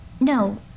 No